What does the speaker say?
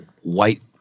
white